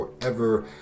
forever